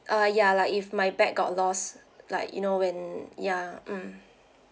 uh ya like if my bag got lost like you know when ya mm